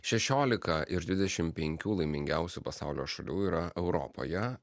šešiolika iš dvidešimt penkių laimingiausių pasaulio šalių yra europoje